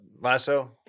Lasso